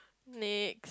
Nick